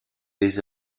des